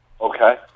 Okay